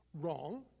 Wrong